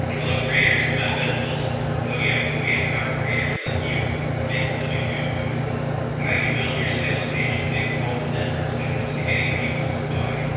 hello creators! i'm ben toalson from podia, where we empower creators like you to make a living doing what you love. how you build your sales page can make all the difference when it comes to getting people to buy.